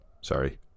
sorry